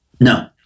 No